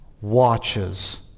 watches